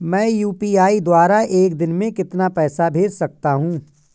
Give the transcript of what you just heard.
मैं यू.पी.आई द्वारा एक दिन में कितना पैसा भेज सकता हूँ?